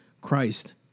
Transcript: Christ